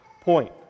point